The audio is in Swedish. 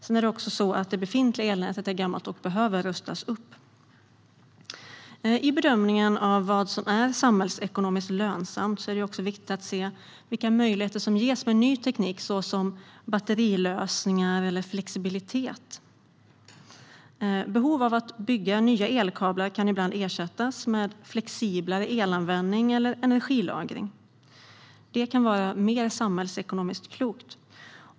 Men det är också så att det befintliga elnätet är gammalt och behöver rustas upp. I bedömningen av vad som är samhällsekonomiskt lönsamt är det också viktigt att se vilka möjligheter som ges med ny teknik, såsom batterilösningar och flexibilitet. Behov av att bygga nya elkablar kan ibland ersättas med flexiblare elanvändning eller energilagring. Detta kan vara mer samhällsekonomiskt klokt.